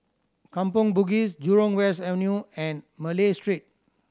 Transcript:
Kampong Bugis Jurong West Avenue and Malay Street